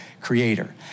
creator